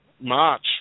March